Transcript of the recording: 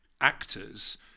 actors